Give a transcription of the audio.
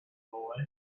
boy